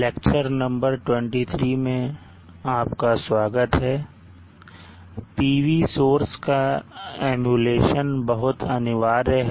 PV source का emulation बहुत अनिवार्य है